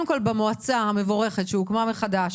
קודם כול במועצה המבורכת שהוקמה מחדש,